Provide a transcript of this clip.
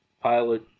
pilot